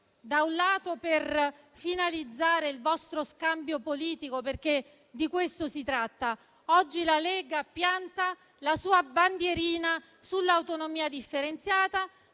serviti per finalizzare il vostro scambio politico, perché di questo si tratta: oggi la Lega pianta la sua bandierina sull'autonomia differenziata;